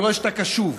אני רואה שאתה קשוב,